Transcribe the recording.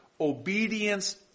obedience